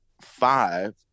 five